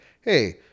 hey